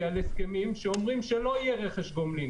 על הסכמים שאומרים שלא יהיה רכש גומלין